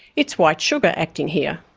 it's white sugar acting here.